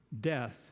death